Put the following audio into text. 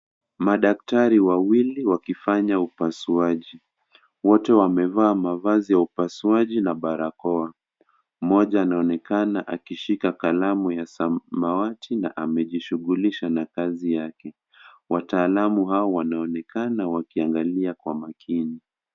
Madaktari wawili wakifanya upasuaji wote wamevaa mavazi ya upasuaji na barakoa moja anaonenekana akishika samawati na amejishughulisha na kazi yake wataalamu hao wanaonekana wakiangalia kwa makini.